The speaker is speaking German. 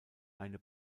eine